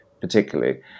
particularly